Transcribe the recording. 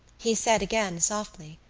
he said again, softly